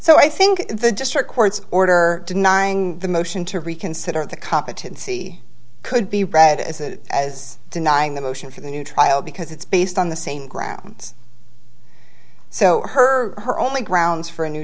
so i think the district court's order denying the motion to reconsider the competency could be read as it as denying the motion for the new trial because it's based on the same grounds so her her only grounds for a new